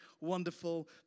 wonderful